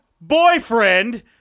boyfriend